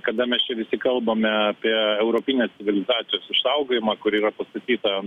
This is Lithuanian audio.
kada mes čia visi kalbame apie europinės civilizacijos išsaugojimą kuri yra pastatyta